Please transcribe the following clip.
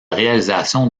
réalisation